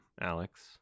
Alex